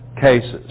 cases